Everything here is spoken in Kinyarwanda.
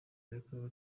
yakorewe